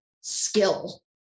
skill